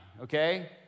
okay